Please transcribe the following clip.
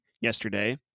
yesterday